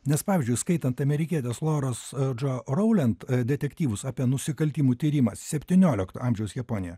nes pavyzdžiui skaitant amerikietės loros raulent detektyvus apie nusikaltimų tyrimą septyniolikto amžiaus japonijoje